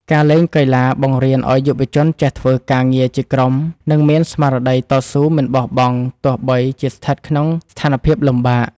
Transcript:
ការលេងកីឡាបង្រៀនឱ្យយុវជនចេះធ្វើការងារជាក្រុមនិងមានស្មារតីតស៊ូមិនបោះបង់ទោះបីជាស្ថិតក្នុងស្ថានភាពលំបាក។